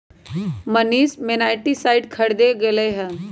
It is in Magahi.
मनीष नेमाटीसाइड खरीदे गय लय